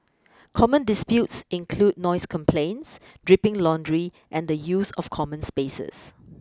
common disputes include noise complaints dripping laundry and the use of common spaces